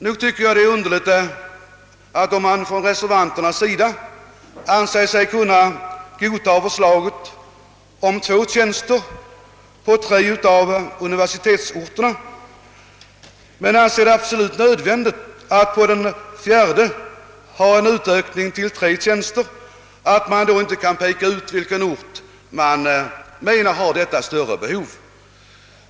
Nog tycker jag att det är underligt att reservanterna anser sig kunna godta förslaget om två tjänster på tre av universitetsorterna men menar att det är absolut nödvändigt att den fjärde universitetsorten får en ökning till tre tjänster utan att de kan ange vilken ort som har detta större behov.